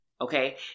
Okay